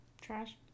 Trash